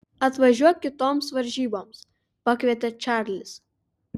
atvažiuok kitoms varžyboms pakvietė čarlis